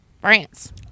France